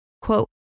Quote